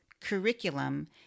curriculum